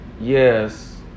yes